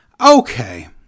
Okay